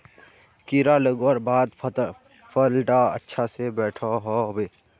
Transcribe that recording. कीड़ा लगवार बाद फल डा अच्छा से बोठो होबे?